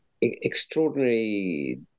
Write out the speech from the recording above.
extraordinary